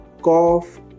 cough